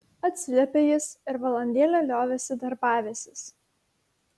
atsiliepė jis ir valandėlę liovėsi darbavęsis